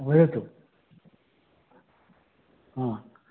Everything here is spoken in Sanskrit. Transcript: वदतु ह